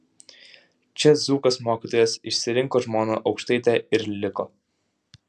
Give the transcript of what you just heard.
čia dzūkas mokytojas išsirinko žmoną aukštaitę ir liko